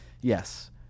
Yes